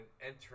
entering